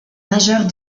majeures